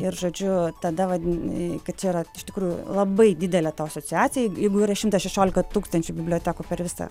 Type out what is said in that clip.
ir žodžiu tada vadin kad čia yra iš tikrųjų labai didelė ta asociacija jeigu yra šimtas šešiolika tūkstančių bibliotekų per visą